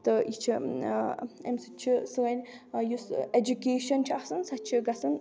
تہٕ یہِ چھُ اَمہِ سۭتۍ چھِ سٲنۍ یُس ایجوٗکیشن چھِ آسان سۄ چھےٚ گژھان